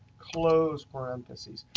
close parentheses,